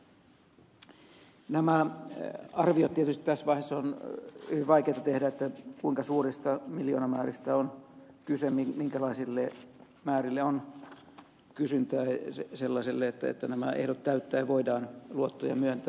tietysti tässä vaiheessa on hyvin vaikeata tehdä arviota siitä kuinka suurista miljoonamääristä on kyse minkälaisille määrille on kysyntää sellaiselle että nämä ehdot täyttäen voidaan luottoja myöntää